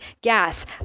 gas